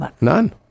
None